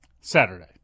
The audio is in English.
Saturday